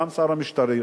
גם שר המשטרה,